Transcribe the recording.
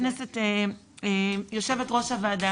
ויושבת-ראש הוועדה,